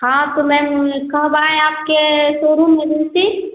हाँ तो मैम कब आएँ आपके सौरूम एजेंसी